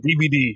dvd